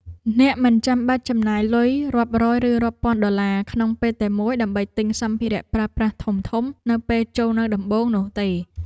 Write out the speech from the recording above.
អ្នកមិនចាំបាច់ចំណាយលុយរាប់រយឬរាប់ពាន់ដុល្លារក្នុងពេលតែមួយដើម្បីទិញសម្ភារៈប្រើប្រាស់ធំៗនៅពេលចូលនៅដំបូងនោះទេ។